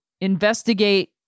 investigate